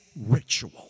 ritual